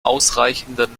ausreichenden